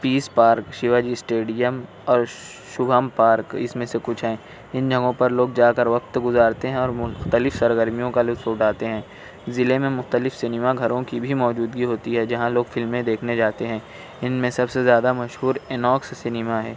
پیس park Shivaji stadium اور Shubham park اس میں سے کچھ ہیں ان جگہوں پر لوگ جا کر وقت گزارتے ہیں اور مختلف سرگرمیوں کا لطف اٹھاتے ہیں ضلعے میں مختلف سنیما گھروں کی بھی موجودگی ہوتی ہے جہاں لوگ فلمیں دیکھنے جاتے ہیں ان میں سب سے زیادہ مشہور اناکس سنیما ہے